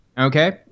Okay